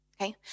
Okay